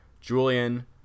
Julian